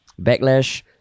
backlash